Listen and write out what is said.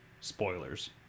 spoilers